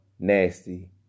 Nasty